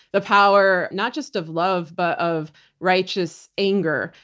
the power not just of love but of righteous anger.